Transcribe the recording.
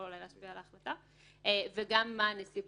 אולי להשפיע על ההחלטה וגם מה הנסיבות.